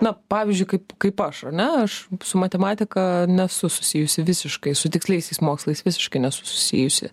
na pavyzdžiui kaip kaip aš ar ne aš su matematika nesu susijusi visiškai su tiksliaisiais mokslais visiškai nesu susijusi